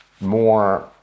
more